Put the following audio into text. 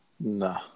No